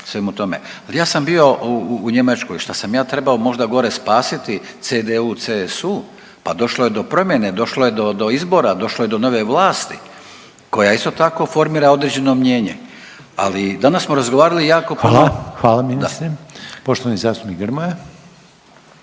svemu tome, ali ja sam bio u Njemačkoj. Šta sam ja trebamo možda gore spasiti CDU, CSU, pa došlo je do promjene, došlo je do izbora, došlo je do nove vlasti koja isto tako formira određeno mijenje. Ali danas smo razgovarali jako puno …/Upadica: Hvala, hvala ministre./… da.